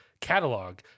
catalog